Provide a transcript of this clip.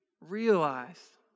realize